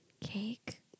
cake